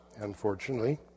unfortunately